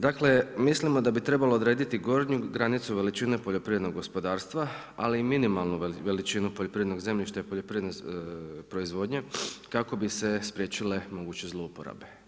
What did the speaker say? Dakle, mislimo da bi trebalo odrediti gornju granicu veličine poljoprivrednog gospodarstva, ali i minimalnu veličinu poljoprivrednog zemljišta i poljoprivredne proizvodnje kako bi se spriječile moguće zlouporabe.